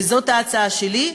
זאת ההצעה שלי.